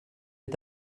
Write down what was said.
est